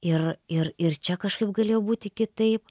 ir ir ir čia kažkaip galėjo būti kitaip